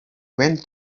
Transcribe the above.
went